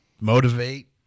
motivate